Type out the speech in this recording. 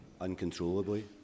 uncontrollably